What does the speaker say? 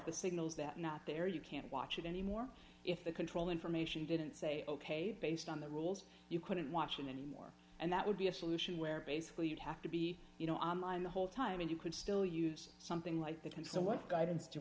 the signals that are not there you can't watch it anymore if the control information didn't say ok based on the rules you couldn't watch it anymore and that would be a solution where basically you'd have to be you know the whole time and you could still use something like that and so what guidance